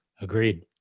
agreed